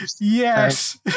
Yes